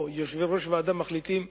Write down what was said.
או יושבי-ראש ועדה מחליטים,